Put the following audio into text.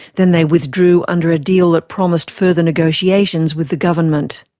then they withdrew under a deal that promised further negotiations with the government.